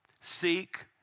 Seek